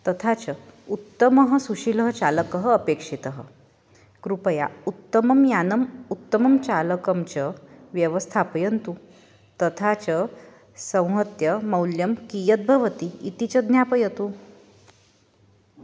तथा च उत्तमः सुशीलः चालकः अपेक्षितः कृपया उत्तमं यानम् उत्तमं चालकं च व्यवस्थापयन्तु तथा च संहत्य मौल्यं कियद्भवति इति च ज्ञापयन्तु